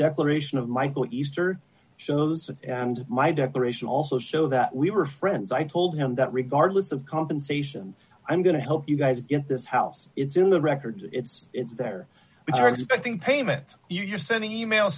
declaration of michael easter shows and my declaration also show that we were friends i told him that regardless of compensation i'm going to help you guys in this house it's in the record it's it's there because i think payments you're sending e mails